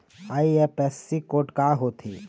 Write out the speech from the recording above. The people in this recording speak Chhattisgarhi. आई.एफ.एस.सी कोड का होथे?